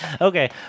Okay